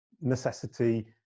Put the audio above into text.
necessity